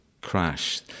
crash